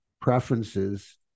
preferences